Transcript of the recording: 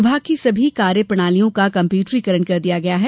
विभाग की सभी कार्य प्रणालियों का कम्प्यूटरीकरण कर दिया गया है